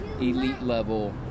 Elite-level